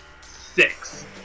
six